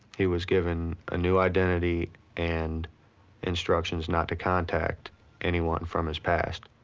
he was given a new identity and instructions not to contact anyone from his past.